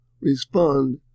respond